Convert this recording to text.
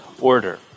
order